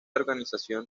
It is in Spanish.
organización